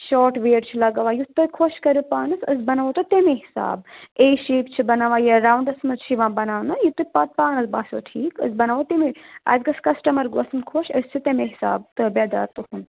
short wear چھُ لَگاوان یُس تُہۍ خۄش کٔرِو پانَس أسۍ بَناوو تۄہہِ تَمے حِساب اے شیپ چھِ بَناوان یا راوُنٛڈَس منٛز چھِ یِوان بَناونہٕ یہِ تُہۍ پَتہٕ پانَس باسیو ٹھیٖک أسۍ بَناوو تَمے اَتہِ گژھِ کَسٹمَر گوٚژھُن خۄش أسۍ چھِ تَمے حِساب تَعبِیہ دار تُہُنٛد